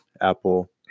Apple